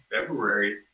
February